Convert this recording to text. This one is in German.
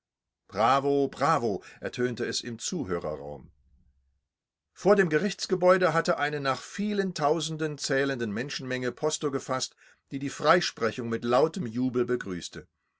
ertönte es im zuhörerraum vor dem gerichtsgebäude hatte eine nach vielen tausenden zählende menschenmenge posto gefaßt die die freisprechung mit lautem jubel begrüßte